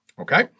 Okay